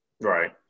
Right